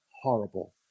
horrible